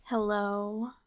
Hello